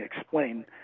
explain